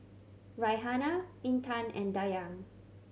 Raihana Intan and Dayang